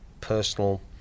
personal